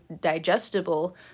digestible